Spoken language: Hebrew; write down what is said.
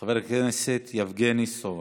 חבר הכנסת יבגני סובה.